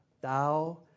Thou